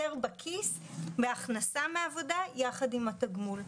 בכיס מהכנסה מעבודה ביחד עם התגמול.